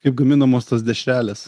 kaip gaminamos tos dešrelės